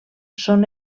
són